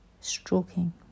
stroking